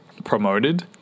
promoted